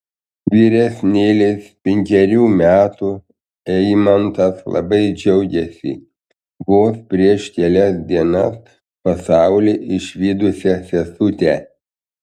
vyresnėlis penkerių metų eimantas labai džiaugiasi vos prieš kelias dienas pasaulį išvydusia sesute